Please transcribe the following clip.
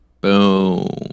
boom